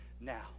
now